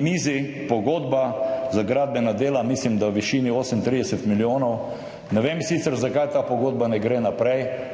mizi pogodba za gradbena dela, mislim, da v višini 38 milijonov. Ne vem sicer, zakaj ta pogodba ne gre naprej,